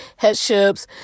headships